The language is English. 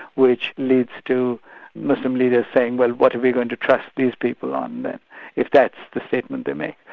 which leads to muslim leaders saying, well what are we going to trust these people on, if that's the statement they make?